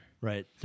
Right